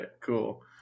cool